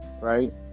right